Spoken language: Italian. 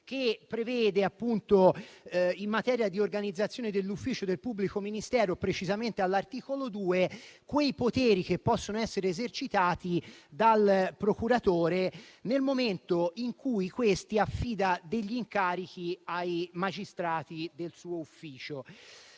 che prevede, in materia di organizzazione dell'ufficio del pubblico ministero e precisamente all'articolo 2, i poteri che possono essere esercitati dal procuratore nel momento in cui affida incarichi ai magistrati del suo ufficio.